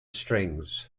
strings